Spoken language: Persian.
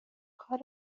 کار